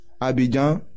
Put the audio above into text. Abidjan